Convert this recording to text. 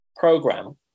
program